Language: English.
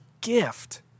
gift